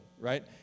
Right